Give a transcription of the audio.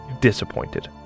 disappointed